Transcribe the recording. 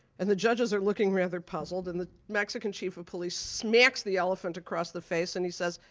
and the judges are looking rather puzzled. and the mexican chief of police smacks the elephant across the face and he says,